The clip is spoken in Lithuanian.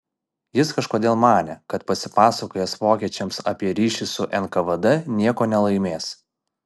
jis kažkodėl manė kad pasipasakojęs vokiečiams apie ryšį su nkvd nieko nelaimės